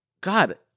God